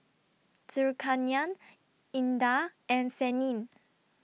Zulkarnain Indah and Senin